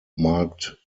marked